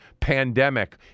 pandemic